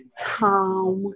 Tom